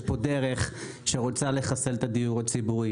יש פה דרך שרוצה לחסל את הדיור הציבורי.